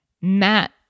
matt